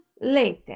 Later